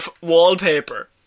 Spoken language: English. wallpaper